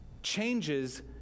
Changes